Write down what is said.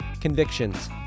convictions